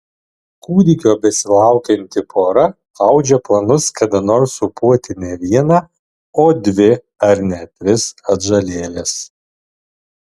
kūdikio besilaukianti pora audžia planus kada nors sūpuoti ne vieną o dvi ar net tris atžalėles